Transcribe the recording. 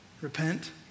Repent